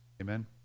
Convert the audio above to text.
Amen